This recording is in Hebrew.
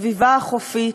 בסביבה החופית,